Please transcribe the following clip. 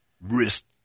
wrist